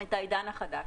את העידן החדש.